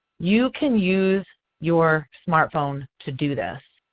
you can use your smart phone to do this.